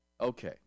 Okay